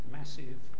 massive